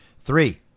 Three